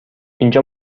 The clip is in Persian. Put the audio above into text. اینجا